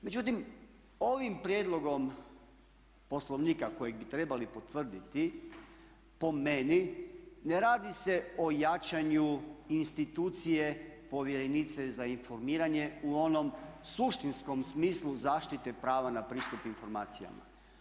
Međutim, ovim prijedlogom poslovnika koji bi trebali utvrditi po meni ne radi se o jačanju institucije povjerenice za informiranje u onom suštinskom smislu zaštite prava na pristup informacijama.